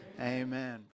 Amen